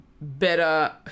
better